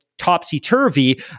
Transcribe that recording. topsy-turvy